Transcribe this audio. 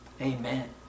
Amen